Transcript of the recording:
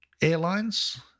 Airlines